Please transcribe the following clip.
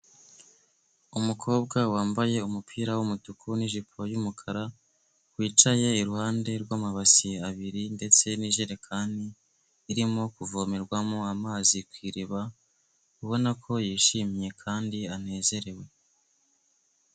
Umukobwa wambaye umupira w'umutuku n'ijipo y'umukara wicaye iruhande rw'amabasi abiri ndetse n'ijerekani irimo kuvomerwamo amazi ku iriba ubona ko yishimye kandi anezerewe.